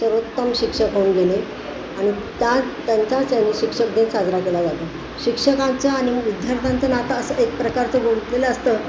सर्वोत्तम शिक्षक होऊन गेले आणि त्या त्यांचा त्यांनी शिक्षक दिन साजरा केला जातो शिक्षकांचं आणि विद्यार्थ्यांचं नातं असं एक प्रकारचं बोललेलं असतं